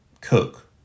cook